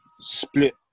split